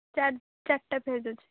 ଚାରିଟା ଫେଜ୍ ଅଛି